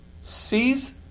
sees